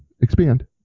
Expand